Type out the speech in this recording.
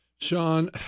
Sean